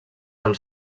del